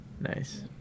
Nice